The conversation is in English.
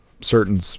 certain